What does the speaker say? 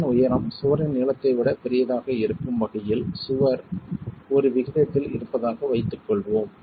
சுவரின் உயரம் சுவரின் நீளத்தை விட பெரியதாக இருக்கும் வகையில் சுவர் ஒரு விகிதத்தில் இருப்பதாக வைத்துக்கொள்வோம்